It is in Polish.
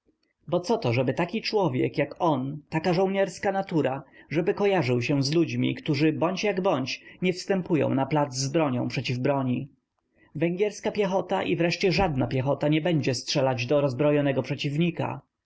bo co to żeby taki człowiek jak on taka żołnierska natura żeby kojarzył się z ludźmi którzy bądźjakbądź nie występują na plac z bronią przeciw broni węgierska piechota i wreszcie żadna piechota nie będzie strzelać do rozbrojonego przeciwnika